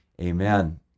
Amen